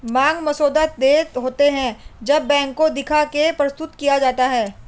मांग मसौदा देय होते हैं जब बैंक को दिखा के प्रस्तुत किया जाता है